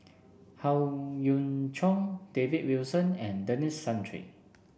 Howe Yoon Chong David Wilson and Denis Santry